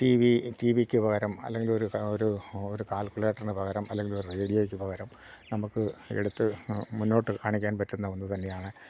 T V ടിവിക്ക് പകരം അല്ലെങ്കിൽ ഒരു ഒരു ഒരു കാൽക്കുലേറ്ററിന് പകരം അല്ലെങ്കിൽ ഒരു റേഡിയോക്ക് പകരം നമുക്ക് എടുത്ത് മുന്നോട്ട് കാണിക്കാൻ പറ്റുന്ന ഒന്ന് തന്നെയാണ്